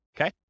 Okay